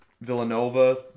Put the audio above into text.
Villanova